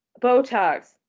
Botox